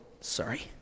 Sorry